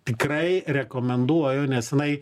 tikrai rekomenduoju nes jinai